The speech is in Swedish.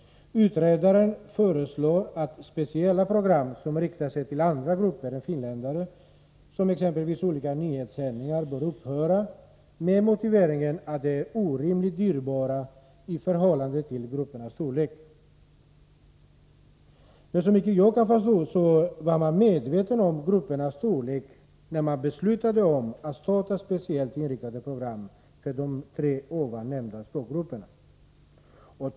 Utredaren föreslår att speciella program —t.ex. olika nyhetssändningar — som riktar sig till andra grupper än finländare bör upphöra. Motiveringen för detta är enligt utredaren att dessa program är orimligt dyrbara i förhållande till gruppernas storlek. Såvitt jag kan förstå var man medveten om gruppernas storlek när man beslutade om att starta program speciellt inriktade för de tre ovan nämnda språkgrupperna.